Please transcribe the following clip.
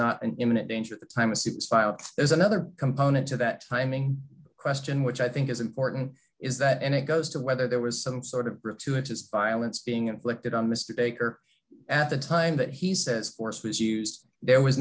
not an imminent danger at the time of suits filed there's another component to that timing question which i think is important is that and it goes to whether there was some sort of bridge to it just violence being inflicted on mr baker at the time that he says force was used there was